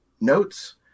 notes